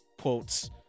quotes